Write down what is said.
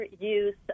use